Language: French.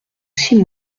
six